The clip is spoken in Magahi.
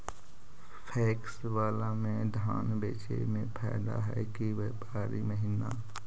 पैकस बाला में धान बेचे मे फायदा है कि व्यापारी महिना?